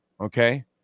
okay